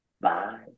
bye